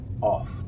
off